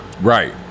right